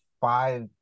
five